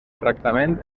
tractament